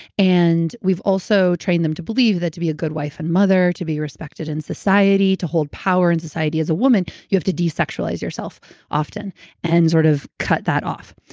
and we've also trained them to believe that to be a good wife and mother, to be respected in society, to hold power in society as a woman, you have to desexualize yourself often and sort of cut that off.